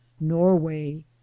norway